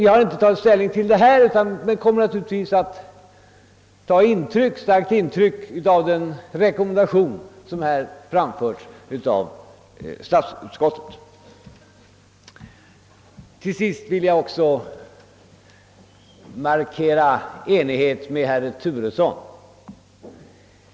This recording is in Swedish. Vi har inte tagit ställning till detta, men kommer naturligtvis att på allt sätt beakta den rekommendation som framförts av statsutskottet. Till sist vill jag markera min enighet med herr Turesson.